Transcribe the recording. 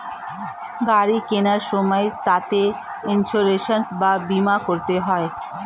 গাড়ি কেনার সময় তাতে ইন্সুরেন্স বা বীমা করতে হয়